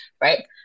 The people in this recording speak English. Right